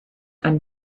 ein